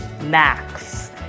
max